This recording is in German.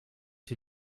die